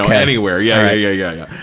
so anywhere, yeah, yeah, yeah, yeah, yeah.